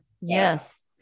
Yes